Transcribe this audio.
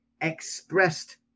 expressed